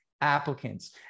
applicants